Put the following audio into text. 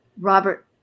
Robert